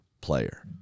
player